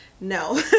no